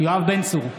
יואב בן צור,